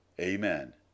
Amen